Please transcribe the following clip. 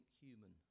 human